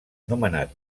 nomenat